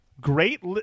Great